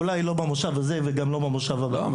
אולי לא במושב הזה וגם לא במושב הבא.